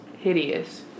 hideous